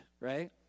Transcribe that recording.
Right